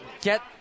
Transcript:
get